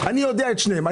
אני יודע את שניהם.